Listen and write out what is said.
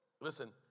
Listen